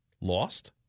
Lost